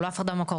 לא הפרדה במקור,